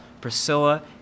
Priscilla